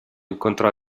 incontrò